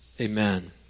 Amen